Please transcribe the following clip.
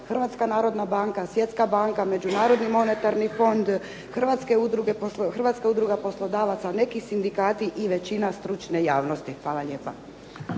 Hrvatska narodna banka, Svjetska banka, Međunarodni monetarni fond, Hrvatska udruga poslodavaca, neki sindikati i većina stručne javnosti. Hvala lijepa.